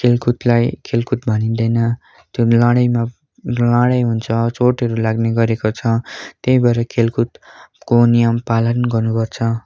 खेलकुदलाई खेलकुद भनिँदैन त्यो लडाइमा लडाइ हुन्छ चोटहरू लाग्ने गरेको छ त्यही भएर खेलकुदको नियम पालन गर्नुपर्छ